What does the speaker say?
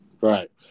Right